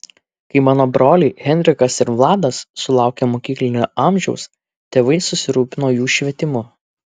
kai mano broliai henrikas ir vladas sulaukė mokyklinio amžiaus tėvai susirūpino jų švietimu